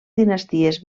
dinasties